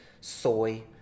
soy